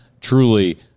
truly